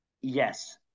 yes